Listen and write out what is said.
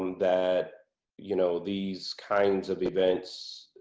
um that you know these kinds of events